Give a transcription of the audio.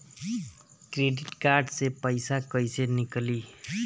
Credit card से पईसा केइसे निकली?